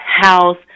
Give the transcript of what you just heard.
House